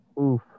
Oof